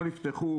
אתה לא נותן לו.